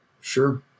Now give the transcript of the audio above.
Sure